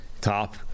top